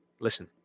Listen